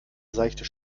seichte